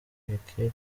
giheke